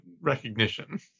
recognition